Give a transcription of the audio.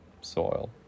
soil